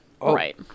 Right